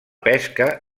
pesca